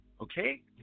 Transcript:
Okay